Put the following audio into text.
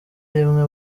rimwe